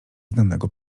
znanego